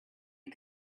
you